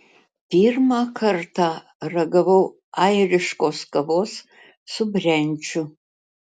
pirmą kartą ragavau airiškos kavos su brendžiu